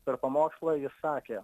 per pamokslą jis sakė